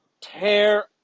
tear